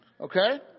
Okay